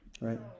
Right